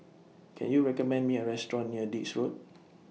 Can YOU recommend Me A Restaurant near Dix Road